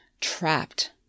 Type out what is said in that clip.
trapped